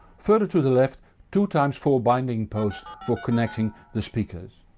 further to the left two times four binding posts for connecting the speakers.